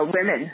women